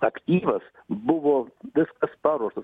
aktyvas buvo viskas paruošta